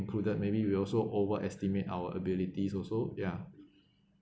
included maybe we will also over estimate our abilities also ya